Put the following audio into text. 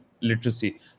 literacy